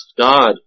God